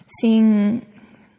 seeing